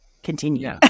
continue